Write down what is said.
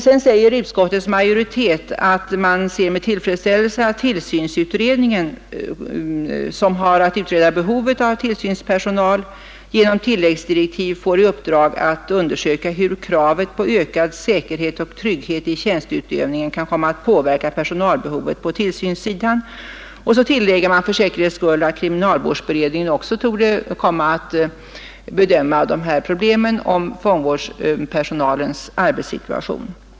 Sedan säger utskottsmajoriteten att man ser med tillfredsställelse ”att tillsynsutredningen, som har att utreda behovet av tillsynspersonal vid fångvårdsanstalterna, genom tilläggsdirektiv fått i uppdrag att undersöka hur kravet på ökad säkerhet och trygghet i tjänsteutövningen kan komma att påverka personalbehovet på tillsynssidan”. Man tillägger för säkerhets skull att kriminalvårdsberedningen också torde komma att bedöma problem om fångvårdspersonalens arbetssituation.